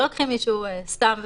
ברור,